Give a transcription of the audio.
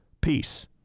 Peace